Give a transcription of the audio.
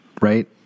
right